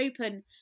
open